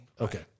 Okay